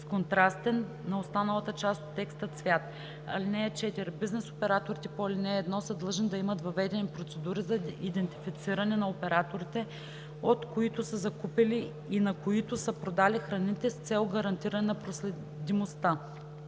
контрастен на останалата част от текста цвят. (4) Бизнес операторите по ал. 1 са длъжни да имат въведени процедури за идентифициране на операторите, от които са закупили и на които са продали храните, с цел гарантиране на проследимостта.